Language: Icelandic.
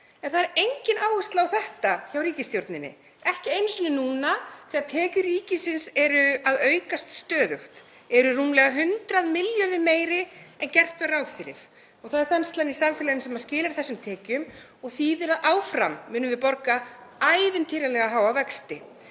En það er engin áhersla á þetta hjá ríkisstjórninni, ekki einu sinni núna þegar tekjur ríkisins eru að aukast stöðugt, eru rúmlega 100 milljörðum meiri en gert var ráð fyrir. Það er þenslan í samfélaginu sem skilar þessum tekjum og það þýðir að áfram munum við borga ævintýralega háa vexti.